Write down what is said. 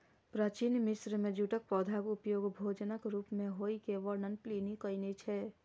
प्राचीन मिस्र मे जूटक पौधाक उपयोग भोजनक रूप मे होइ के वर्णन प्लिनी कयने छै